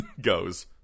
goes